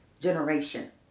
generation